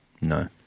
No